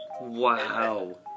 Wow